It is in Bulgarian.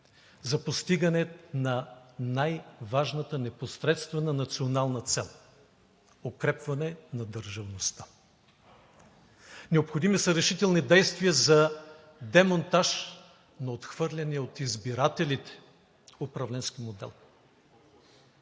за постигане на най-важната непосредствена национална цел – укрепване на държавността. Необходими са решителни действия за демонтаж на отхвърления от избирателите управленски модел,